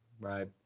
right